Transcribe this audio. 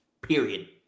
Period